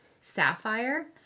Sapphire